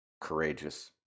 courageous